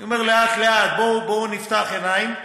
אני אומר: לאט-לאט, בואו נפתח עיניים.